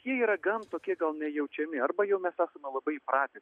jie yra gan tiekie gal nejaučiami arba jau mes esame labai įpratę